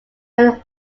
when